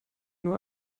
nur